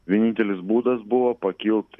vienintelis būdas buvo pakilt